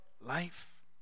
life